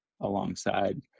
alongside